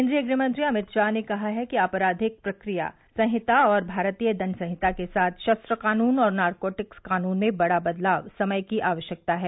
केन्द्रीय गृहमंत्री अमित शाह ने कहा है कि अपराधिक प्रक्रिया सहिंता और भारतीय दंड सहिंता के साथ शस्त्र कानून और नारकोटिक्स कानून में बड़ा बदलाव समय की अवश्यकता है